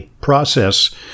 process